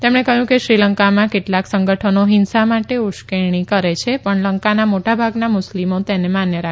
તેમણે કહ્યું કે શ્રીલંકામા કેટલાંક સંગઠનો હિંસા માટે ઉશ્કેરણી કરે છે પણ લંકાના મોટા ભાગના મુસ્લિમો તેને માન્ય રાખતા નથી